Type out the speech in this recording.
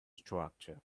structure